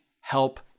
help